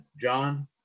John